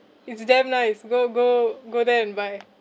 it's damn nice go go go there and buy